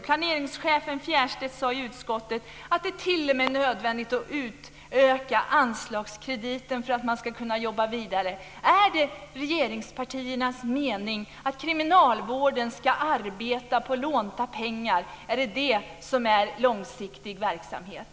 Planeringschef Fjärstedt sade i utskottet att det t.o.m. var nödvändigt att utöka anslagskrediten för att man ska kunna jobba vidare. Är det regeringspartiernas mening att kriminalvården ska arbeta med lånade pengar? Är det detta som är långsiktig verksamhet?